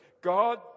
God